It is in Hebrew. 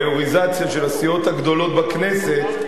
ומיוריזציה של הסיעות הגדולות בכנסת.